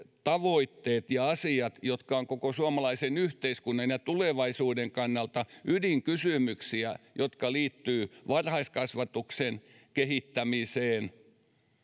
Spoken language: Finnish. tavoitteita ja asioita jotka ovat koko suomalaisen yhteiskunnan ja tulevaisuuden kannalta ydinkysymyksiä jotka liittyvät varhaiskasvatuksen kehittämiseen